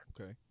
Okay